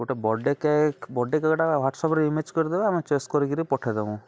ଗୋଟେ birthday cake birthday cake WhatsApp image କରିଦେବେ choice କରିକି ପଠେଇଦେବୁ